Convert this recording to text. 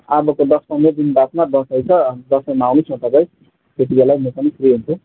अबको दस पन्ध्र दिनबादमा दसैँ छ दसैँमा आउनुहोस् न तपाईँ त्यत्ति बेलै म पनि फ्री हुन्छु